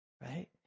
right